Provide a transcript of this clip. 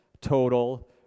total